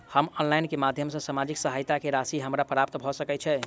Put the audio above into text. हम ऑनलाइन केँ माध्यम सँ सामाजिक सहायता केँ राशि हमरा प्राप्त भऽ सकै छै?